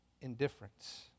Indifference